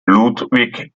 ludwig